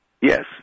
Yes